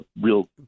real